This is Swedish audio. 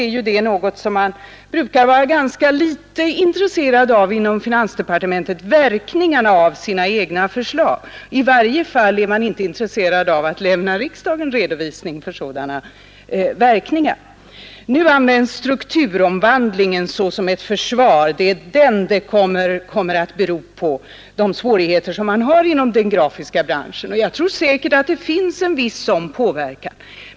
Över huvud taget brukar man inom finansdepartementet vara mycket litet intresserad av verkningarna av sina egna förslag; i varje fall är man inte intresserad av att lämna riksdagen någon redovisning för sådana verkningar. Nu används strukturomvandlingen som ett försvar. Det är den svårigheterna inom den grafiska branschen anses bero på. Jag tror säkert att det finns en viss sådan påverkan.